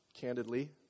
candidly